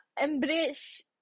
embrace